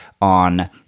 on